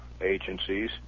agencies